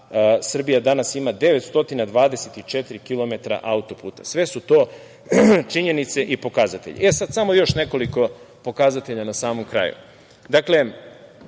Srbija danas ima 924 kilometra autoputa. Sve su to činjenice i pokazatelji. Sada samo još nekoliko pokazatelja na samom kraju.